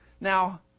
Now